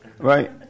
Right